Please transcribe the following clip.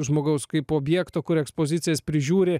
žmogaus kaip objekto kur ekspozicijas prižiūri